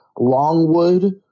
Longwood